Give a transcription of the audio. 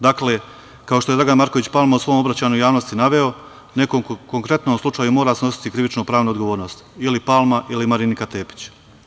Dakle, kao što je Dragan Marković Palma u svom obraćanju javnosti naveo, neko u konkretnom slučaju mora snositi krivično-pravnu odgovornost, ili Palma ili Marinika Tepić.